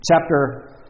Chapter